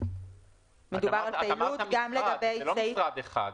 זה לא משרד אחד.